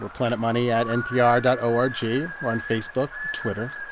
we're planetmoney at npr dot o r g. we're on facebook, twitter